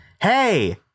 Hey